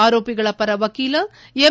ಆರೋಪಿಗಳ ಪರ ವಕೀಲ ಎಂ